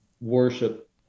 worship